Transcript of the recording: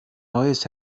neues